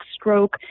stroke